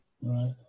Right